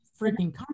freaking